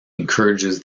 encourages